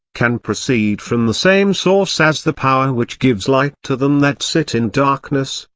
can proceed from the same source as the power which gives light to them that sit in darkness,